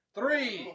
Three